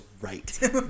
right